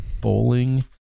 bowling